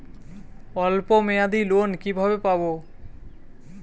অল্প মেয়াদি লোন কিভাবে পাব?